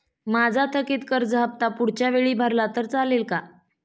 माझा थकीत कर्ज हफ्ता पुढच्या वेळी भरला तर चालेल का?